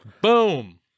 Boom